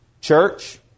Church